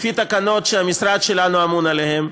לפי תקנות שהמשרד שלנו אמון עליהם,